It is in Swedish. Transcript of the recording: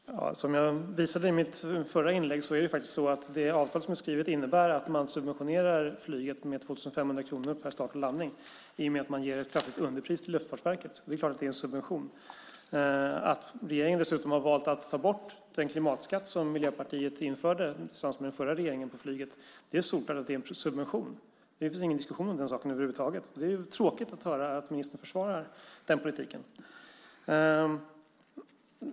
Herr talman! Som jag visade i mitt förra inlägg innebär det avtal som är skrivet att man subventionerar flyget med 2 500 kronor per start och landning i och med att man ger ett kraftigt underpris till Luftfartsverket. Det är klart att det är en subvention. Regeringen har dessutom valt att ta bort den klimatskatt på flyget som Miljöpartiet införde tillsammans med den förra regeringen. Det är solklart att det är en subvention. Det finns ingen diskussion om den saken över huvud taget. Det är tråkigt att höra att ministern försvarar den politiken.